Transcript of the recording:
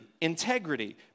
integrity